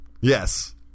Yes